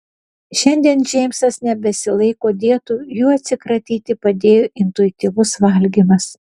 šiandien džeimsas nebesilaiko dietų jų atsikratyti padėjo intuityvus valgymas